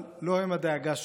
אבל לא הם הדאגה שלי,